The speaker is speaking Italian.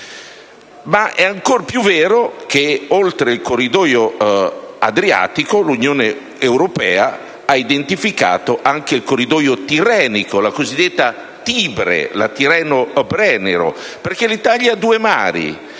Ma è ancora più vero che, oltre il corridoio adriatico, l'Unione europea ha identificato anche il corridoio tirrenico, la cosiddetta Tibre (Tirreno-Brennero), perché l'Italia è bagnata